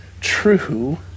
true